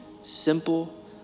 simple